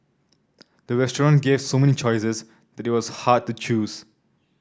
the restaurant gave so many choices that it was hard to choose